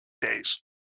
days